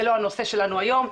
זה לא הנושא שלנו היום,